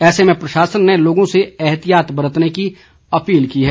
ऐसे में प्रशासन ने लोगों से ऐहतियात बरतने की अपील की है